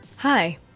Hi